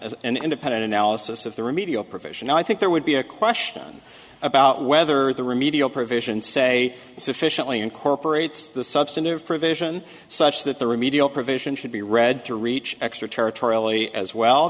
an independent analysis of the remedial provision i think there would be a question about whether the remedial provision say sufficiently incorporates the substantive vision such that the remedial provision should be read to reach extraterritoriality as well